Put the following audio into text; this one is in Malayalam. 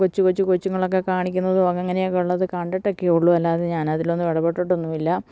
കൊച്ചു കൊച്ചു കൊച്ചുങ്ങളൊക്കെ കാണിക്കുന്നതും അങ്ങനെയൊക്കെയുള്ളത് കണ്ടിട്ടൊക്കെയെയുള്ളൂ അല്ലാതെ ഞാനതിലൊന്നും ഇടപെട്ടിട്ടൊന്നുമില്ല